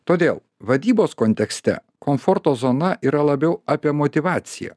todėl vadybos kontekste komforto zona yra labiau apie motyvaciją